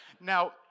Now